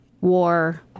war